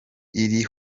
iri